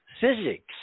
physics